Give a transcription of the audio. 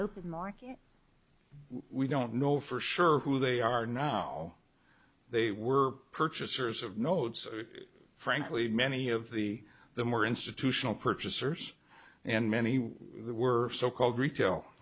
open market we don't know for sure who they are now they were purchasers of nodes frankly many of the the more institutional purchasers and many were so called retail